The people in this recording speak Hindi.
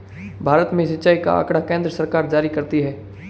भारत में सिंचाई का आँकड़ा केन्द्र सरकार जारी करती है